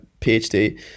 PhD